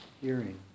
hearing